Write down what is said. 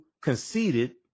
conceded